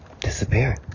disappear